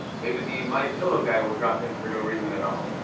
maybe the my pillow guy will drop in for no reason at all.